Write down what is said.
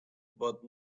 but